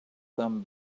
them